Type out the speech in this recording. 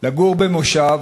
לגור במושב,